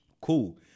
Cool